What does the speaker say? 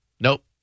Nope